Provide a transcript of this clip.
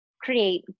create